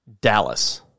Dallas